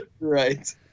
Right